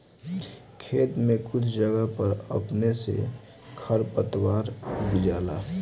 खेत में कुछ जगह पर अपने से खर पातवार उग जाला